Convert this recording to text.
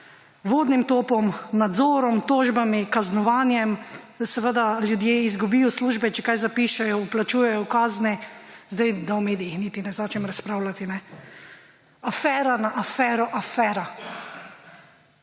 vodnim topom, nadzorom, tožbami, kaznovanjem, seveda ljudje izgubijo službe, če kaj zapišejo, plačujejo kazni, da o medijih niti ne začnem razpravljati. Afera na afero, afera.